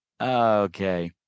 Okay